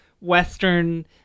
western